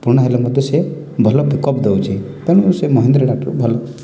ପୁରୁଣା ହେଲେ ମଧ୍ୟ ସିଏ ଭଲ ପିକଅପ୍ ଦେଉଛି ତେଣୁ ସେଇ ମହିନ୍ଦ୍ରା ଟ୍ରାକ୍ଟର୍ ଭଲ